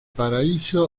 paraíso